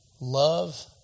love